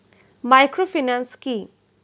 Microfinance কি?